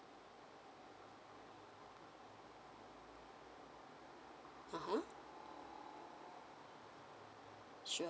a'ah